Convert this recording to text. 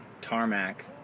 ...Tarmac